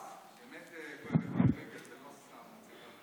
עבאס, באמת כואבת לי הרגל, זו לא סתם הצגה.